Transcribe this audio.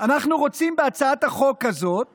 אנחנו רוצים בהצעת החוק הזאת